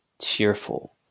cheerful